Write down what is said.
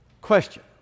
question